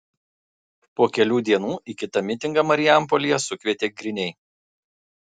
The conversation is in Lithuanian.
po kelių dienų į kitą mitingą marijampolėje sukvietė griniai